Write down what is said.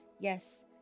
Yes